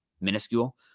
minuscule